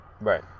Right